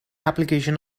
application